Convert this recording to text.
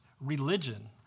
religion